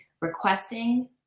requesting